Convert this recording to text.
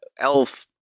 elf